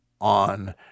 on